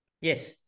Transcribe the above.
Yes